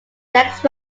next